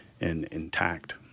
intact